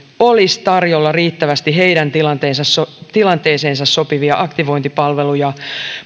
olisi tarjolla riittävästi heidän tilanteeseensa sopivia aktivointipalveluja